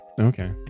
Okay